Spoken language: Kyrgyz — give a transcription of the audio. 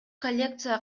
коллекция